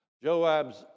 Joab's